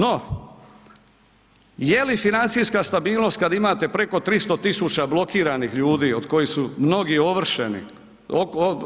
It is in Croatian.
No, je li financijska stabilnost kad imate preko 300 000 blokiranih ljudi od kojih su mnogi ovršeni,